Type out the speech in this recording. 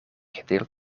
gedeeld